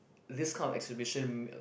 this kind of exhibition